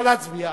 נא להצביע.